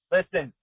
Listen